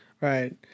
Right